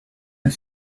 and